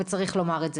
וצריך לומר את זה.